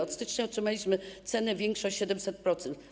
Od stycznia otrzymaliśmy cenę wyższą o 700%.